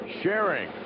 sharing